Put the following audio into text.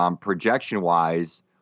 projection-wise